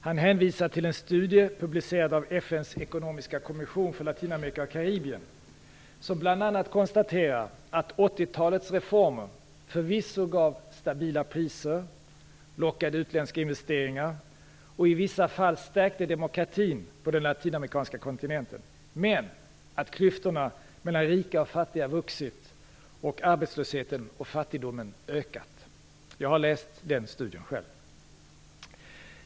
Han hänvisar till en studie publicerad av FN:s ekonomiska kommission för Latinamerika och Karibien som bl.a. konstaterar att 80-talets reformer förvisso gav stabila priser, lockade utländska investerare och i vissa fall stärkte demokratin på den latinamerikanska kontinenten, men att klyftorna mellan rika och fattiga vuxit, och att arbetslösheten och fattigdomen ökat. Jag har själv läst denna studie.